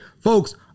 Folks